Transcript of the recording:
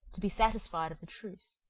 to be satisfied of the truth.